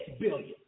billion